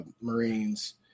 Marines